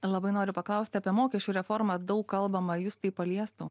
labai noriu paklausti apie mokesčių reformą daug kalbama jus tai paliestų